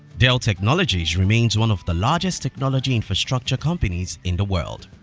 dell technologies remains one of the largest technology infrastructure companies in the world.